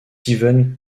steven